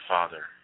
Father